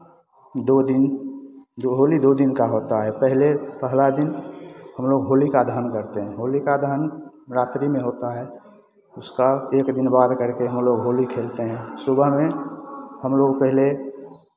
दो दिन दो होली दो दिन का होता है पहले पहला दिन हमलोग होलिका दहन करते हैं होलिका दहन रात्रि में होता है उसका एक दिन बाद करके हमलोग होली खेलते हैं सुबह में हमलोग पहले